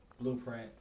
Blueprint